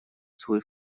свой